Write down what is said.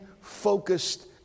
focused